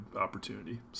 opportunity